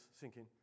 sinking